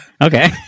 Okay